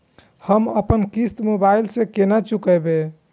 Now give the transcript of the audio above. हम अपन किस्त मोबाइल से केना चूकेब?